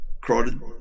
crowded